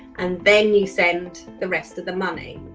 and then you send the rest of the money.